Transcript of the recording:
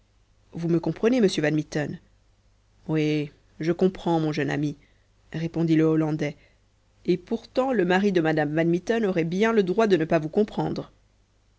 vous me comprenez monsieur van mitten oui je comprends mon jeune ami répondit le hollandais et pourtant le mari de madame van mitten aurait bien le droit de ne pas vous comprendre